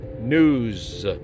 News